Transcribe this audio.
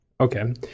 Okay